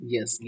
Yes